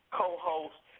co-host